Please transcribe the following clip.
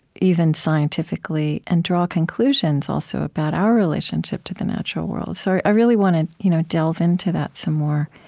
even scientifically, and draw conclusions, also, about our relationship to the natural world. so i really want to you know delve into that some more.